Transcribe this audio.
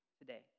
today